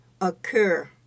occur